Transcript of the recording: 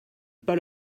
pas